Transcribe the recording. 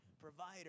provider